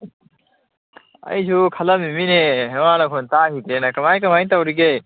ꯑꯩꯁꯨ ꯈꯜꯂꯝꯃꯤꯃꯤꯅꯦ ꯅꯋꯥ ꯅꯈꯣꯟ ꯇꯥꯈꯤꯗ꯭ꯔꯦꯅ ꯀꯃꯥꯏ ꯀꯃꯥꯏ ꯇꯧꯔꯤꯒꯦ